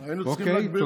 אוקיי.